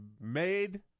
made